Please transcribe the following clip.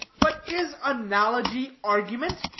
but is analogy argument?